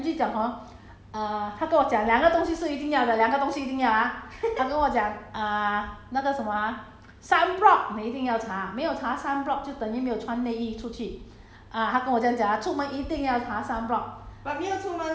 angie 跟我讲她说天天 angie 讲 hor uh 她跟我讲两个东西是一定要的两个东西一定要 uh 她跟我讲 uh 那个什么 ah sunblock 你一定要擦没有擦 sunblock 就等于没有穿内衣出去